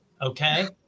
Okay